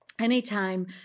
Anytime